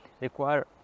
require